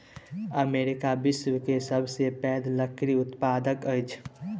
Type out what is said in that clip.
America विश्व के सबसे पैघ लकड़ी उत्पादक अछि